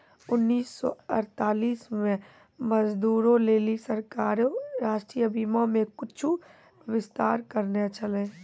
उन्नीस सौ अड़तालीस मे मजदूरो लेली सरकारें राष्ट्रीय बीमा मे कुछु विस्तार करने छलै